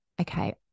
okay